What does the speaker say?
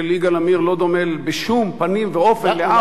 יגאל עמיר לא דומה בשום פנים ואופן לאף,